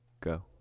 go